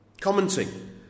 Commenting